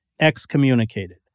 excommunicated